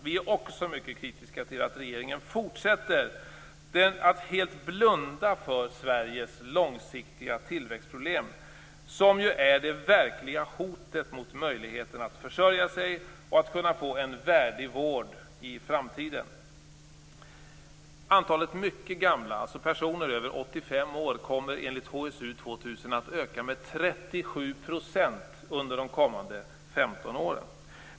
Vi är också mycket kritiska till att regeringen fortsätter att helt blunda för Sveriges långsiktiga tillväxtproblem, som ju är det verkliga hotet mot möjligheten att försörja sig och kunna få en värdig vård i framtiden. Antalet mycket gamla, alltså personer över 85 år, kommer enligt HSU 2000 att öka med 37 % under de kommande 15 åren.